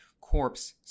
Corpse